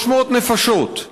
300 נפשות,